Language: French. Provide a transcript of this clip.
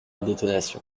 détonation